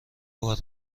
بار